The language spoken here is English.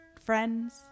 friends